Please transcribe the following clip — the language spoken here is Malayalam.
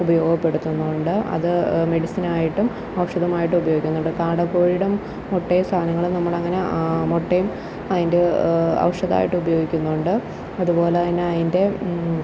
ഉപയോഗപ്പെടുത്തുന്നുണ്ട് അത് മെഡിസിനായിട്ടും ഔഷധമായിട്ടും ഉപയോഗിക്കുന്നുണ്ട് കാടക്കോഴിയുടെ മുട്ടയും സാധനങ്ങളും നമ്മളങ്ങനെ മുട്ടയും അതിൻ്റെ ഔഷധം ആയിട്ട് ഉപയോഗിക്കുന്നുണ്ട് അതുപോലെതന്നെ അതിൻ്റെ